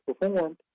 performed